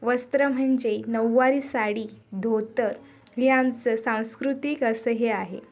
वस्त्रं म्हणजे नऊवारी साडी धोतर हे आमचं सांस्कृतिक असं हे आहे